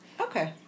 Okay